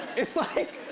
it's like.